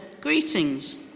greetings